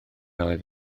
oedd